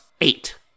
eight